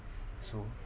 so